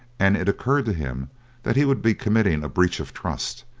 and it occurred to him that he would be committing a breach of trust,